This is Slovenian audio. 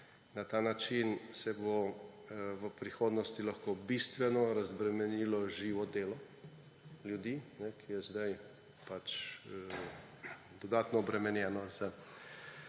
Na ta način se bo v prihodnosti lahko bistveno razbremenilo živo delo ljudi, ki je zdaj pač dodatno obremenjeno s